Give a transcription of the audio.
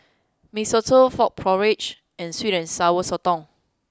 Mee Soto Frog Porridge and sweet and sour sotong